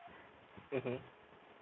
mmhmm